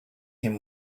him